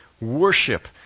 worship